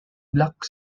black